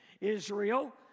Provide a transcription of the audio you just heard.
Israel